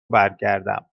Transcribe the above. برگردم